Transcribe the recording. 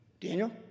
Daniel